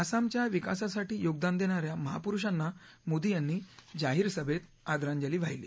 आसामच्या विकासासाठी योगदान देणा या महापुरुषांना मोदी यांनी जाहीर सभेत आदरांजली वाहिली